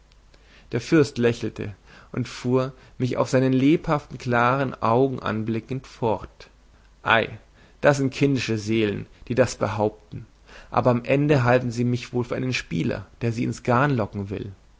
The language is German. der fürst lächelte und fuhr mich mit seinen lebhaften klaren augen scharf anblickend fort ei das sind kindische seelen die das behaupten aber am ende halten sie mich wohl für einen spieler der sie ins garn locken will